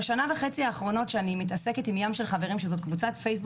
בשנה וחצי האחרונות אני מתעסקת עם קבוצת הפייסבוק